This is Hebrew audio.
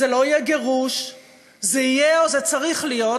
זה לא יהיה גירוש,